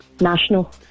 National